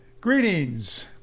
Greetings